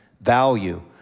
value